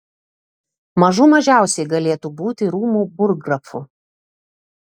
mažų mažiausiai galėtų būti rūmų burggrafu